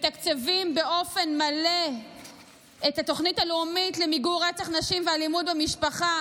ומתקצבים באופן מלא את התוכנית הלאומית למיגור רצח נשים ואלימות במשפחה,